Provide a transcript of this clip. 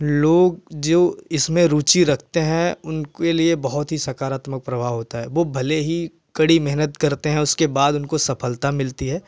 लोग जो इसमें रूचि रखते हैं उनके लिए बहुत ही सकारात्मक प्रभाव होता है वह भले ही कड़ी मेहनत करते हैं उसके बाद उनको सफ़लता मिलती है